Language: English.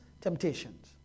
temptations